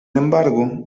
embargo